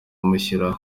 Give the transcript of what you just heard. amushimira